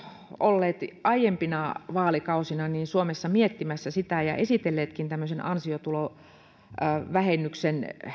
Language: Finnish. olleet aiempina vaalikausina suomessa miettimässä sitä ja esitelleetkin tämmöisen ansiotulovähennyksen